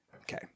Okay